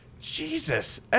Jesus